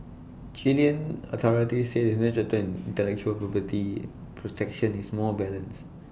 Chilean authorities say the new chapter on intellectual property protection is more balanced